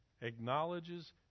acknowledges